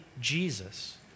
Jesus